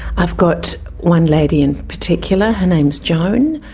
i've got one lady in particular, her name is joan.